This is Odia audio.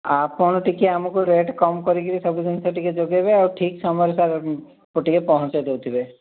ଆପଣ ଟିକେ ଆମକୁ ରେଟ୍ କମ୍ କରିକି ସବୁ ଜିନିଷ ଟିକେ ଯୋଗାଇବେ ଆଉ ଠିକ୍ ସମୟ ସାର୍ ଟିକେ ପହଞ୍ଚାଇ ଦେଉଥିବେ